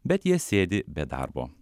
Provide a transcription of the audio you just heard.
bet jie sėdi be darbo